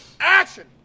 Action